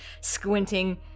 squinting